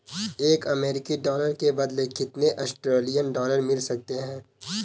एक अमेरिकी डॉलर के बदले कितने ऑस्ट्रेलियाई डॉलर मिल सकते हैं?